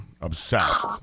obsessed